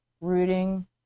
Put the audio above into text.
rooting